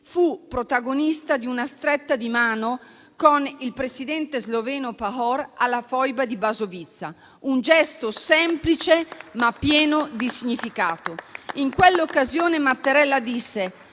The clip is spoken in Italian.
fu protagonista di una stretta di mano con il presidente sloveno Pahor alla foiba di Basovizza: un gesto semplice, ma pieno di significato. In quell'occasione, il presidente